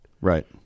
right